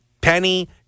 Penny